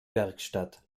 werkstatt